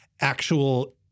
actual